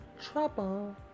trouble